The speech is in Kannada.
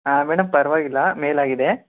ಹಾಂ ಮೇಡಮ್ ಪರವಾಗಿಲ್ಲ ಮೇಲಾಗಿದೆ